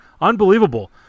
Unbelievable